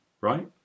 right